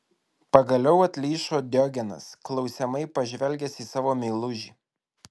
pagaliau atlyžo diogenas klausiamai pažvelgęs į savo meilužį